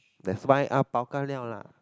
that's why uh bao ka liao lah